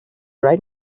right